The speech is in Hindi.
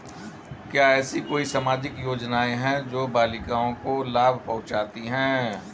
क्या ऐसी कोई सामाजिक योजनाएँ हैं जो बालिकाओं को लाभ पहुँचाती हैं?